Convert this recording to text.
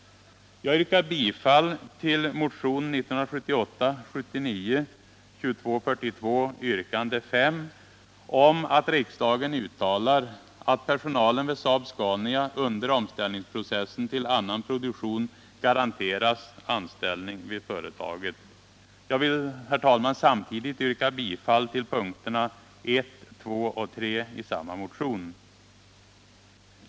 Jag yrkar bifall till motionen 1978/79:2242 yrkande 5 om att riksdagen uttalar att personalen vid Saab-Scania under omställningsprocessen till annan produktion garanteras anställning vid företaget. Jag vill samtidigt yrka bifall till punkterna 1, 2 och 3 i samma motion.